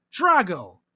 Drago